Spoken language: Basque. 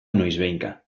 noizbehinka